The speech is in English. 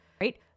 right